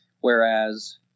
Whereas